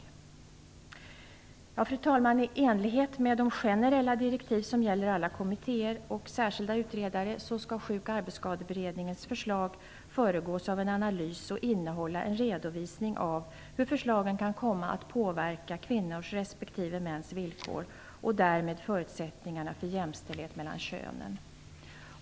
Fru talman! I enlighet med de generella direktiv som gäller alla kommittéer och särskilda utredare skall Sjuk och arbetsskadeberedningens förslag föregås av en analys och innehålla en redovisning av hur förslagen kan komma att påverka kvinnors respektive mäns villkor och därmed förutsättningarna för jämställdhet mellan könen.